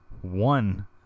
one